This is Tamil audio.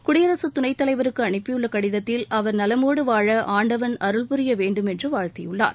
குடியரசுத் துணைத் தலைவருக்கு அனுப்பியுள்ள கடிதத்தில் அவர் நலமோடு வாழ ஆண்டவன் அருள் புரிய வேண்டும் என்று வாழ்த்தியுள்ளார்